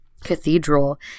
cathedral